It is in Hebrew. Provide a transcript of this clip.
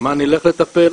נלך לטפל,